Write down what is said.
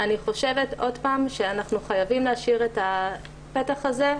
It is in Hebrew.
אני חושבת שאנחנו חייבים להשאיר את הפתח הזה,